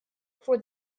for